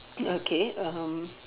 okay um